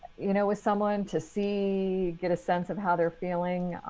you know, with someone to see, get a sense of how they're feeling.